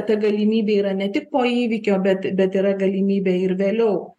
ta galimybė yra ne tik po įvykio bet bet yra galimybė ir vėliau